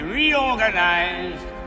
reorganized